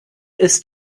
ist